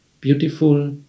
beautiful